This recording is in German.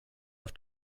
auf